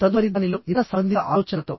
తదుపరి దానిలో ఇతర సంబంధిత ఆలోచనలతో